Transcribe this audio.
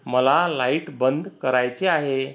मला लाईट बंद करायची आहे